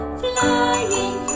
flying